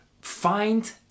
find